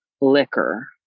liquor